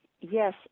Yes